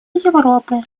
европы